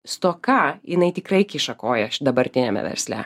stoka jinai tikrai kiša koją dabartiniame versle